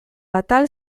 atal